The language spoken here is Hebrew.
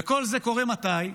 וכל זה קורה מתי?